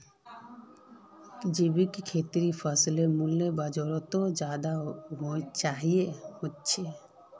जैविक खेतीर फसलेर मूल्य बजारोत ज्यादा होचे